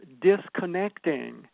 disconnecting